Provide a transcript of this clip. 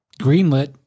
greenlit